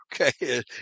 Okay